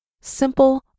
simple